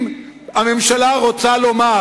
אם הממשלה רוצה לומר